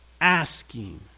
asking